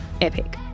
Epic